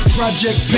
Project